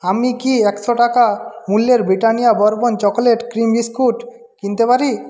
আমি কি একশো টাকা মূল্যের Britannia Bourbon chocolate cream biscuit কিনতে পারি